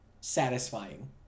satisfying